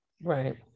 right